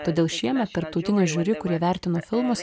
todėl šiemet tarptautinė žiuri kuri vertino filmus